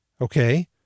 Okay